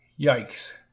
Yikes